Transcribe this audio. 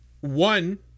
one